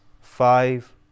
five